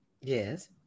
Yes